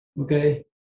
okay